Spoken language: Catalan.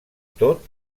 tot